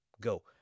go